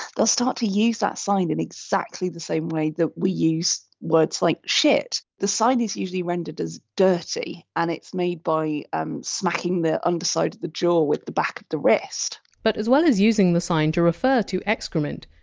they'll start to use that sign in exactly the same way that we use words like shit. so the sign is usually rendered as dirty, and it's made by um smacking the underside of the jaw with the back of the wrist. but as well as using the sign to refer to excrement,